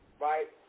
Right